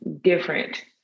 different